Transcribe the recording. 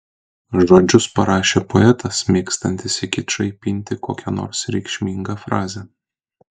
žodžius parašė poetas mėgstantis į kičą įpinti kokią nors reikšmingą frazę